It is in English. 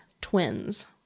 twins